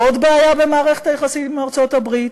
עוד בעיה במערכת היחסים עם ארצות-הברית,